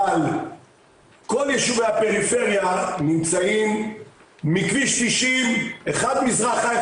אבל כל יישובי הפריפריה נמצאים מכביש 90 אחד מזרחה,